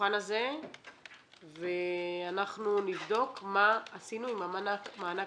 לשולחן הזה ואנחנו נבדוק מה עשינו עם מענק